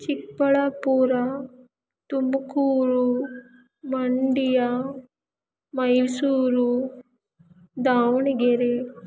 Chikkaballapur Tumakuru Mandya Mysuru Davanagere